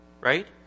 right